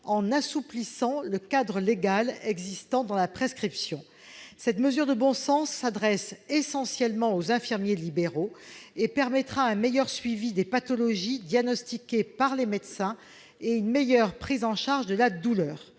en assouplissant le cadre légal existant de la prescription. Cette mesure de bon sens, qui s'adresse essentiellement aux infirmiers libéraux, permettra un meilleur suivi des pathologies diagnostiquées par les médecins et une meilleure prise en charge de la douleur.